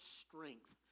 strength